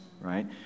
right